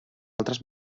altres